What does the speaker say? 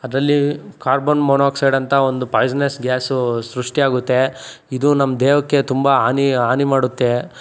ಅದರಲ್ಲಿ carbon monoxide ಅಂತ ಒಂದು ಪಾಯ್ಸನಸ್ ಗ್ಯಾಸು ಸೃಷ್ಟಿ ಆಗುತ್ತೆ ಇದು ನಮ್ಮ ದೇಹಕ್ಕೆ ತುಂಬ ಹಾನಿ ಹಾನಿ ಮಾಡುತ್ತೆ